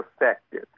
effective